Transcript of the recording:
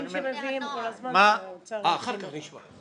אבל ----- -מהאנשים שמביאים כל הזמן זה האוצר --- אחר כך נשמע.